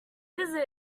visit